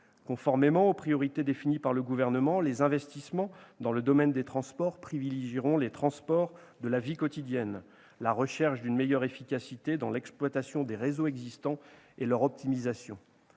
conformément aux priorités définies par le Gouvernement, les investissements dans le domaine des transports privilégieront les transports de la vie quotidienne, la recherche d'une meilleure efficacité dans l'exploitation des réseaux existants et leur optimisation.